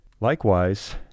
Likewise